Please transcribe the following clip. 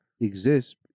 exist